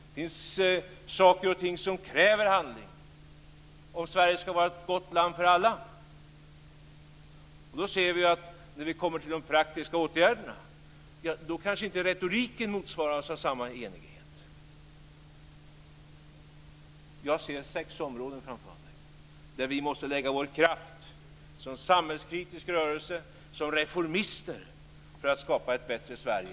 Det finns saker och ting som kräver handling om Sverige ska vara ett gott land för alla. Då ser vi att när vi kommer till de praktiska åtgärderna, då kanske inte retoriken motsvaras av samma enighet. Jag ser sex områden framför mig där vi måste lägga vår kraft som samhällskritisk rörelse, som reformister för att skapa ett bättre Sverige.